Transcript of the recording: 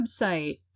website